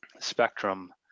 spectrum